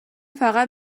فقط